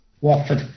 Watford